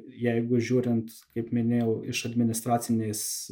jeigu žiūrint kaip minėjau iš administracinės